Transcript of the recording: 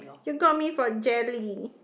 you got me for jelly